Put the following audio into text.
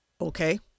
Okay